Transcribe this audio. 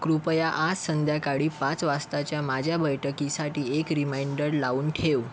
कृपया आज संध्याकाळी पाच वाजताच्या माझ्या बैठकीसाठी एक रिमाइंडर लावून ठेव